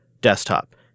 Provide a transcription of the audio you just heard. desktop